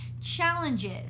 challenges